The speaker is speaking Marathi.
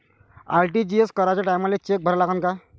आर.टी.जी.एस कराच्या टायमाले चेक भरा लागन का?